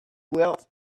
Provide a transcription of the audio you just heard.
wealth